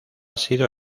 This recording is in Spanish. sido